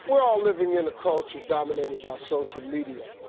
we are all living in a culture dominated by social media.